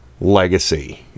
legacy